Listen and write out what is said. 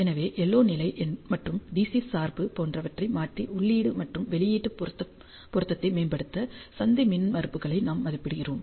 எனவே LO நிலை மற்றும் DC சார்பு போன்றவற்றை மாற்றி உள்ளீடு மற்றும் வெளியீட்டு பொருத்தத்தை மேம்படுத்த சந்தி மின்மறுப்புகளை நாம் மதிப்பிடுகிறோம்